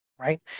right